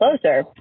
closer